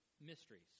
mysteries